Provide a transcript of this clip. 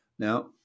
Now